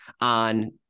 on